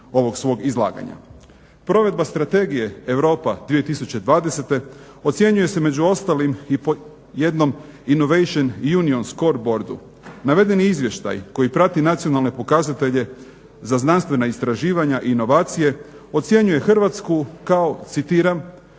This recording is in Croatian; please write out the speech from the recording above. Provedba strategije Europa 2020. ocjenjuje se među ostalim jednom Inovation union score boardu. Navedeni izvještaj koji prati nacionalne pokazatelje za znanstvena istraživanja i inovacije ocjenjuje Hrvatsku kao citiram